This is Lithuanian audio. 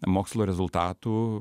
mokslo rezultatų